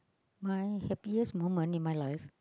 my happiest moment in my life